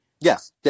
Yes